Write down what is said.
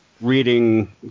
Reading